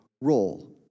role